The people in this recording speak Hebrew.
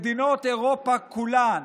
מדינות אירופה כולן